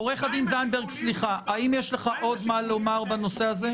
עו"ד זנדברג, האם יש לך עוד מה לומר בנושא הזה?